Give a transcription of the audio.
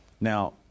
Now